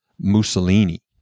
Mussolini